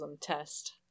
test